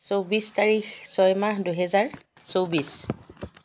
চৌব্বিছ তাৰিখ ছয় মাহ দুহেজাৰ চৌব্বিছ